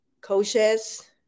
coaches